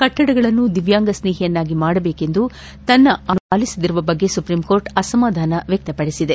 ಕಟ್ಟಡಗಳನ್ನು ದಿವ್ಯಾಂಗ ಸ್ನೇಹಿಯನ್ನಾಗಿ ಮಾಡಬೇಕೆಂದು ತನ್ನ ಆದೇಶವನ್ನು ಪಾಲಿಸದಿರುವ ಬಗ್ಗೆ ಸುಪ್ರೀಂ ಕೋರ್ಟ್ ಅಸಮಾಧಾನ ವ್ಯಕ್ತಪಡಿಸಿದೆ